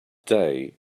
day